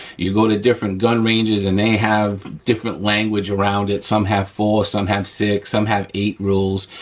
you go to different gun ranges and they have different language around it, some have four, some have six, some have eight rules,